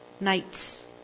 nights